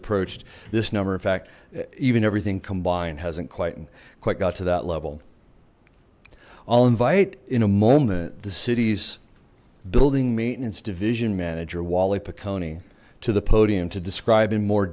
approached this number in fact even everything combined hasn't quite and quite got to that level i'll invite in a moment the city's building maintenance division manager wally pak oni to the podium to describe in more